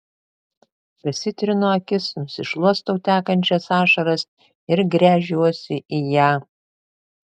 pasitrinu akis nusišluostau tekančias ašaras ir gręžiuosi į ją